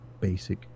basic